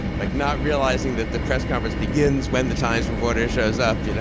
like not realizing that the press conference begins when the times reporter shows up, you know